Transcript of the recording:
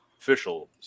Official